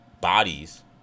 bodies